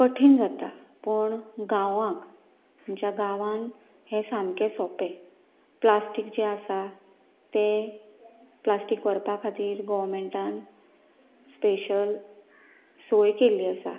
कठीण जाता पूण गांवांक ज्या गांवान हे सामके सोंपें प्लास्टीक जे आसा तें प्लास्टीक व्हरपा खातीर गॉवरमेंटान स्पेशल सोय केल्ली आसा